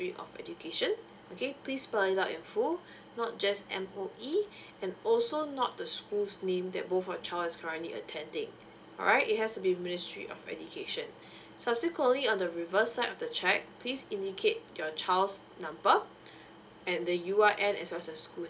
of education okay please spell it out in full not just M_O_E and also not the school's name that both of your child that is currently attending alright it has to be ministry of education subsequently on the reverse side of the cheque please indicate your child's number and the UIN as well as the school